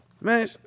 man